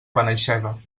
benaixeve